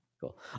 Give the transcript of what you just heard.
Cool